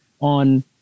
on